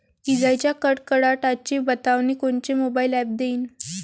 इजाइच्या कडकडाटाची बतावनी कोनचे मोबाईल ॲप देईन?